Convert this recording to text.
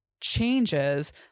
changes